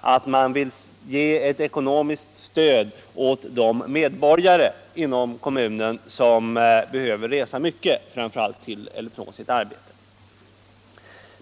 att man vill ge ett ekonomiskt stöd åt de medborgare i regionen eller kommunen som behöver resa mycket, framfor allt till och från sitt arbete.